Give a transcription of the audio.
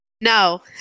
No